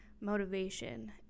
motivation